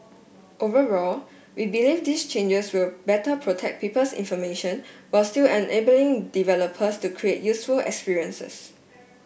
overall we believe these changes will better protect people's information while still enabling developers to create useful experiences